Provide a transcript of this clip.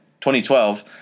2012